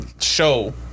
show